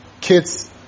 Kids